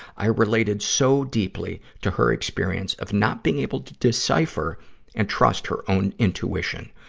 i related so deeply to her experience of not being able to decipher and trust her own intuition.